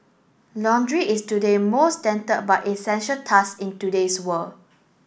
laundry is today most but essential task in today's world